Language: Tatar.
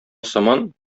сыман